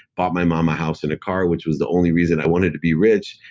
bought my mom a house and a car which was the only reason i wanted to be rich.